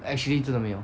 actually 真的没有